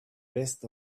best